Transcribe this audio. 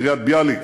קריית-ביאליק,